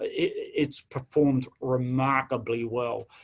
it's performed remarkably well,